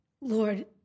Lord